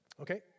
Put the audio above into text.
Okay